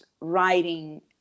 writing